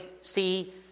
see